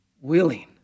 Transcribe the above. willing